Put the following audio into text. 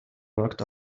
markt